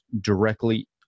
directly